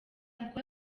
kuko